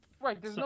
Right